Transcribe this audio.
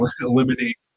eliminate